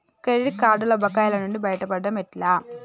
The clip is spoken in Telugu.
క్రెడిట్ కార్డుల బకాయిల నుండి బయటపడటం ఎట్లా?